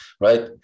right